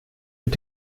mit